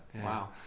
Wow